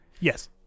yes